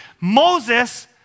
Moses